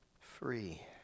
free